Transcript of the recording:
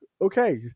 okay